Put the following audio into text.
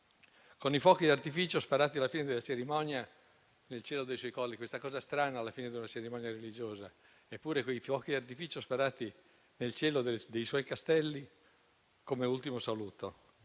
con i fuochi d'artificio sparati alla fine della cerimonia nel cielo dei suoi colli; una cosa strana alla fine di una cerimonia religiosa, quei fuochi d'artificio sparati nel cielo dei suoi Castelli come ultimo saluto.